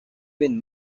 been